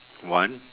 one